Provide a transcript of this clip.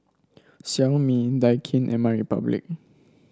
Xiaomi Daikin and MyRepublic